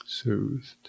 Soothed